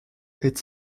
est